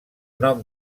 nom